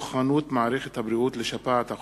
מוכנות מערכת הבריאות לשפעת החורף,